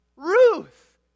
Ruth